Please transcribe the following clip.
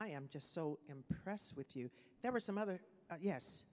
i am just so im rests with you there were some other yes